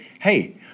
hey